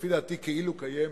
לפי דעתי כאילו קיימת,